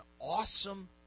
awesome